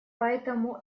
поэтому